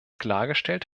klargestellt